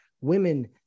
women